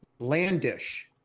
Landish